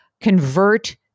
convert